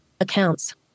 Accounts